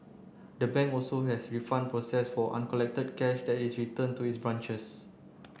the bank also has refund process for uncollected cash that is returned to its branches